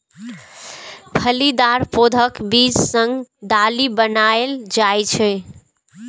फलीदार पौधाक बीज सं दालि बनाएल जाइ छै